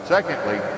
Secondly